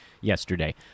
yesterday